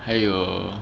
还有